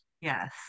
Yes